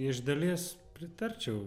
iš dalies pritarčiau